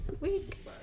week